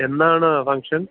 എന്നാണ് ഫംഗ്ഷൻ